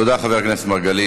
תודה, חבר הכנסת מרגלית.